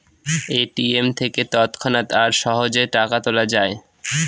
ATM থেকে তৎক্ষণাৎ আর সহজে টাকা তোলা যায়